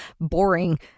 boring